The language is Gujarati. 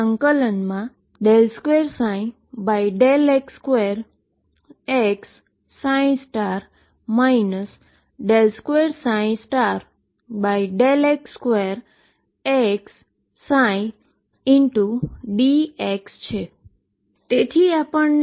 તેથી આપણને ddt⟨x⟩i22m ∫2x2x 2x2xψ મળશે